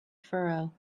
furrow